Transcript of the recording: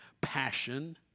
passion